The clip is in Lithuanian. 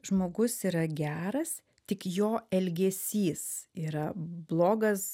žmogus yra geras tik jo elgesys yra blogas